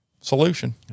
solution